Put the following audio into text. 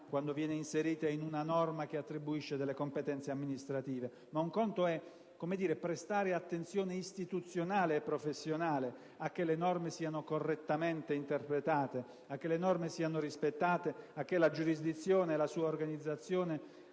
quando viene inserita in una norma che attribuisce delle competenze amministrative; ma un conto è prestare attenzione istituzionale e professionale acché le norme siano correttamente interpretate e rispettate e la giurisdizione e la sua organizzazione